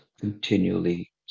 continually